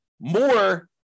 more